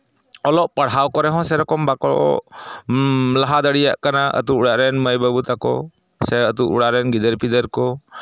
ᱚᱞᱚᱜ ᱯᱟᱲᱦᱟᱣ ᱠᱚᱨᱮᱦᱚᱸ ᱥᱮᱭ ᱨᱚᱠᱚᱢ ᱵᱟᱠᱚ ᱞᱟᱦᱟ ᱫᱟᱲᱮᱭᱟᱜ ᱠᱟᱱᱟ ᱟᱹᱛᱩ ᱚᱲᱟᱜ ᱨᱮᱱ ᱢᱟᱹᱭ ᱵᱟᱹᱵᱩ ᱛᱟᱠᱚ ᱥᱮ ᱟᱹᱛᱩ ᱚᱲᱟᱜ ᱨᱮᱱ ᱜᱤᱫᱟᱹᱨ ᱯᱤᱫᱟᱹᱨ ᱠᱚ